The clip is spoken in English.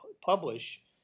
publish